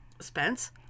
Spence